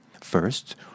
First